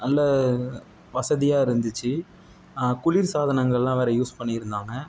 நல்ல வசதியாக இருந்துச்சு குளிர்சாதனங்கள்லாம் வேறு யூஸ் பண்ணியிருந்தாங்க